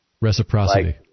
Reciprocity